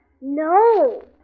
No